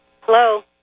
Hello